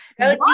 Go